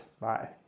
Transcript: bye